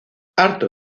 harto